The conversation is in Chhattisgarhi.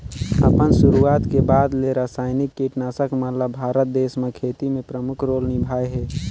अपन शुरुआत के बाद ले रसायनिक कीटनाशक मन ल भारत देश म खेती में प्रमुख रोल निभाए हे